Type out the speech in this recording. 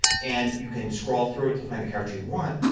and you can scroll through it to find the character you want.